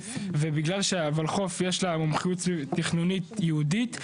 ובגלל שלולחו"ף יש מומחיות תכנונית ייעודית,